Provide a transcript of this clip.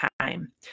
time